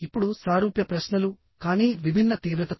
ఇప్పుడు సారూప్య ప్రశ్నలు కానీ విభిన్న తీవ్రతతో